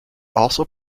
also